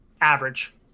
average